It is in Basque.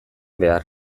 behar